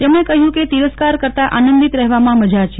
તેમણે કહ્યુ કે તિરસ્કાર કરતા આનંદીત રફેવામાં મજા છે